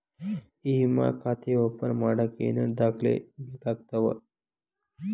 E ವಿಮಾ ಖಾತೆ open ಮಾಡಕ ಏನೇನ್ ದಾಖಲೆ ಬೇಕಾಗತವ